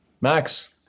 Max